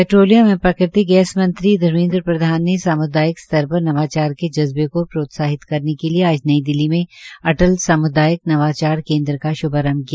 petroleum एवं प्राकृतिक gas मंत्री धमेंद्र प्रधान ने साम्दायिक स्तर पर नवाचार के जज्बे को प्रोत्साहित करने के लिये आज नई दिल्ली में अटल सामूदायिक नवाचार केन्द्र का श्भारंभ किया